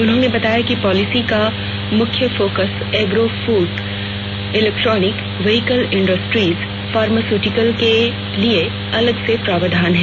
उन्होंने बताया कि पॉलिसी का मुख्य focus agro food electronic vehicle industries pharmaceutical के लिए अलग से प्रावधान है